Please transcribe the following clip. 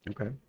Okay